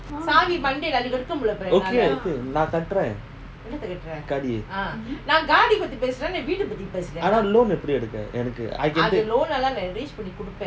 okay okay நான்கட்டறேன்:naan kattaren I can take லோன்எப்படிஎடுக்க:loan eppadi edukka